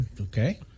okay